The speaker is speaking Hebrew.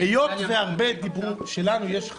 היות שהרבה דיברו שיש לנו,